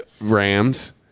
Rams